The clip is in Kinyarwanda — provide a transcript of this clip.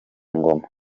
ngoma